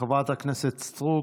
חברת הכנסת סטרוק,